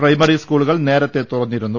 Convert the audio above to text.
primary സ്കൂളുകൾ നേരത്തെ തുറ ന്നിരുന്നു